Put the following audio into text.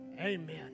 Amen